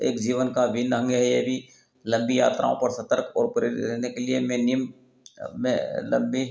एक जीवन का अभिन्न अंग है यह भी लम्बी यात्राओं पर सतर्क और प्रेरित रहने के लिए मैं निम में लम्बी